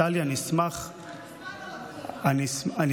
טלי, אני אשמח, אני יודע.